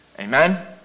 Amen